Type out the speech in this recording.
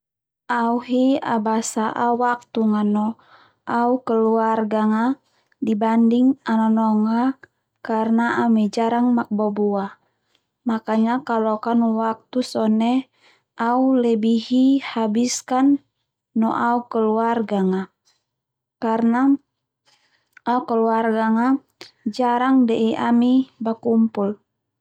Au hi abasa au waktunga no au keluarganga dibanding au nanong a karna ami jarang makbabua makanya kalo kanu waktu sone au lebih hi habiskan no au keluarganga karna au keluarganga jarang de ami bakumpul.